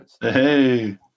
Hey